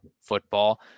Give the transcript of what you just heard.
football